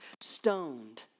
stoned